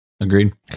agreed